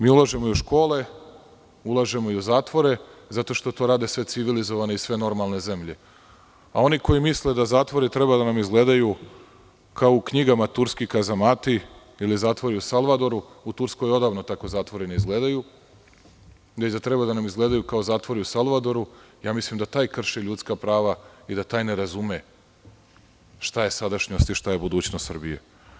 Mi ulažemo i u škole, ulažemo i u zatvore zato što to rade sve civilizovane i sve normalne zemlje, a oni koji misle da zatvori treba da nam izgledaju kao u knjigama, turski kazamati ili zatvori u Salvadoru, a u Turskoj odavno tako zatvori ne izgledaju, već da treba da nam izgledaju kao zatvori u Salvadoru, mislim da taj krši ljudska prava i da taj ne razume šta je sadašnjost, a šta je budućnost Srbije.